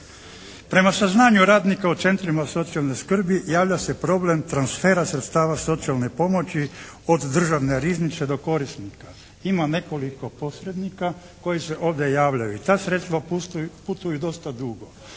Prema saznanju radnika u centrima socijalne skrbi javlja se problem transfera sredstava socijalne pomoći od državne riznice do korisnika. Ima nekoliko posrednika koji se ovdje javljaju i ta sredstva putuju dosta dugo.